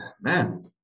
man